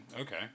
Okay